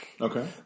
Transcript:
okay